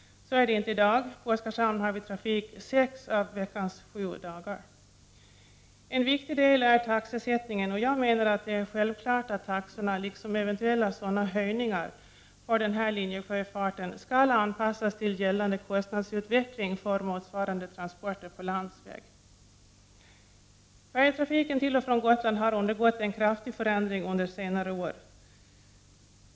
Så är det inte i dag. På Oskarshamn har vi trafik sex av veckans sju dagar. En viktig del är taxesättningen, och jag menar att det är självklart att taxorna, liksom eventuella taxehöjningar, för denna linjesjöfart skall anpassas till gällande kostnadsutveckling för motsvarande transporter på landsväg. Färjetrafiken till och från Gotland har undergått en kraftig förändring under senare år.